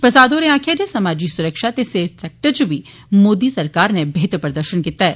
प्रसाद होरें आक्खेया जे समाजी स्रक्षा ते सेहत सैक्टर च बी मोदी सरकार नै बेहतर प्रदर्शन कीता ऐ